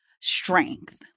strength